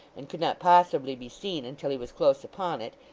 and could not possibly be seen until he was close upon it,